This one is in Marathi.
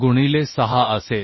गुणिले 6 असेल